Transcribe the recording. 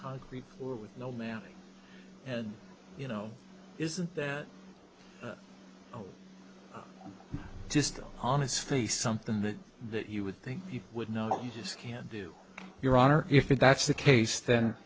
concrete floor with no man and you know isn't that just on his face something that that you would think you would know you just can do your honor if that's the case then